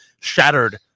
shattered